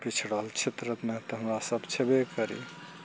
पिछड़ल क्षेत्रमे तऽ हमरा सब छेबे करी